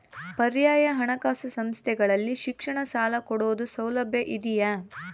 ಪರ್ಯಾಯ ಹಣಕಾಸು ಸಂಸ್ಥೆಗಳಲ್ಲಿ ಶಿಕ್ಷಣ ಸಾಲ ಕೊಡೋ ಸೌಲಭ್ಯ ಇದಿಯಾ?